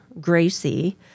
Gracie